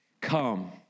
Come